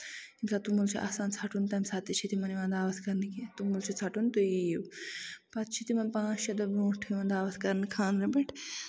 ییٚمہِ ساتہٕ توٚمُل چھُ آسان ژھٹُن تَمہِ ساتہٕ تہِ چھُ تِمَن یِوان دعوت کرنہٕ کہِ توٚمُل چھُ ژھٹُن تُہۍ یِیو پَتہٕ چھُ تِمن پانژھ شےٚ دۄہ برونٹھ یِوان دعوت کرنہٕ خاندرَن پٮ۪ٹھ